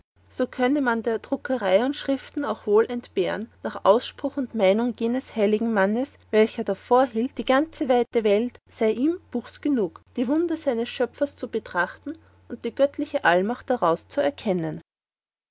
so könnte man der druckerei und schriften auch wohl entbehren nach ausspruch und meinung jenes heiligen manns welcher davorhielt die ganze weite welt sei ihm buchs genug die wunder seines schöpfers zu betrachten und die göttliche allmacht daraus zu erkennen